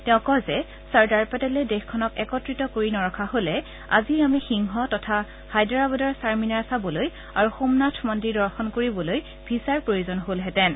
তেওঁ কয় যে চৰ্দাৰ পেটেলে দেশখনক একত্ৰিত কৰি নৰখা হলে আজি আমি সিংহ তথা হাইদৰাবাদৰ চাৰমিনাৰ চাবলৈ আৰু সোমনাথ মন্দিৰ দৰ্শন কৰিবলৈ ভিছাৰ প্ৰয়োজন হলহেঁতেন